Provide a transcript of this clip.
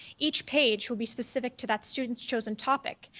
each page will be specific to that student's chosen topic.